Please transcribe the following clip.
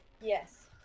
Yes